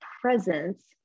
presence